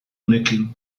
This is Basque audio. honekin